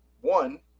one